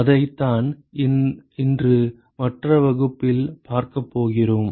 அதைத்தான் இன்று மற்ற வகுப்பில் பார்க்கப் போகிறோம்